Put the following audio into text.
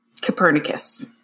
Copernicus